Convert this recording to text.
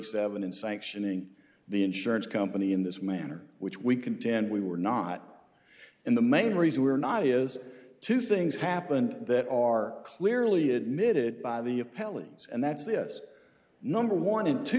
seven in sanctioning the insurance company in this manner which we contend we were not in the main reason we're not is two things happened that are clearly admitted by the hellenes and that's this number one in two